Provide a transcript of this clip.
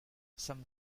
some